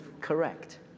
correct